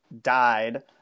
died